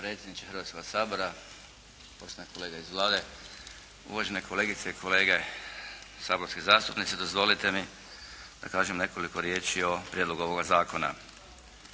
Hrvatskoga sabora, poštovani kolege iz Vlade, uvažene kolegice i kolege saborski zastupnici. Dozvolite mi da kažem nekoliko riječi o prijedlogu ovoga zakona.